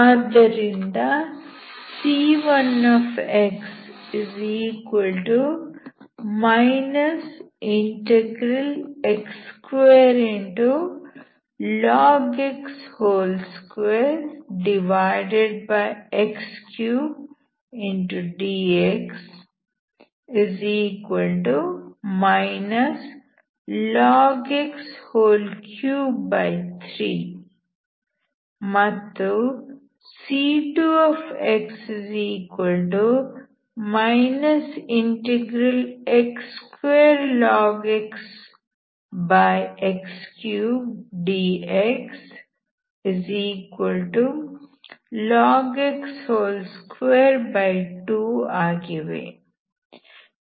ಆದ್ದರಿಂದ c1x x22 x3dx log x 33 ಮತ್ತು c2x x2log x x3dxlog x 22 ಆಗಿವೆ